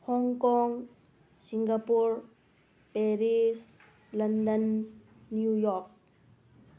Hong Kong Singapore Paris London New York